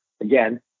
again